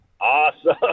Awesome